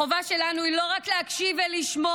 החובה שלנו היא לא רק להקשיב ולשמוע,